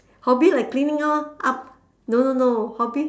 hobby like cleaning lor up no no no hobby